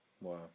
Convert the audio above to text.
Wow